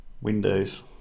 Windows